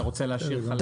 אתה רוצה להשאיר חלב?